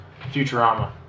Futurama